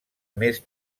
més